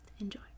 enjoy